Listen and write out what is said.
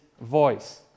voice